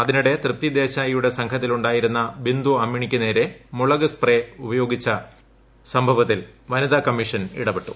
അതിനിടെ തൃപ്തി ദേശായിയുടെ സംഘത്തിലുണ്ടായിരുന്ന ബിന്ദുഅമ്മിണിക്ക് നേരെ മുളക് സ്പ്രേ പ്രയോഗിച്ചു സംഭവത്തിൽ പ്പനിതാകമ്മീഷൻ ഇടപെട്ടു